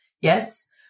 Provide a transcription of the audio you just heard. Yes